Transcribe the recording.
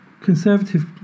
conservative